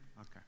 Okay